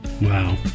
Wow